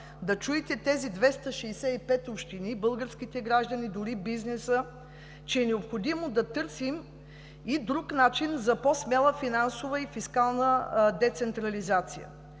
да чуете тези 265 общини, българските граждани, дори бизнеса, че е необходимо да търсим и друг начин за по-смела финансова и фискална децентрализация.